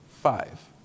five